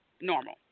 normal